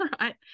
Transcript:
Right